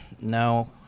No